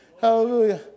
hallelujah